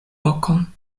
lokon